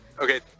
okay